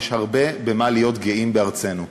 יש הרבה במה להיות גאים בארצנו.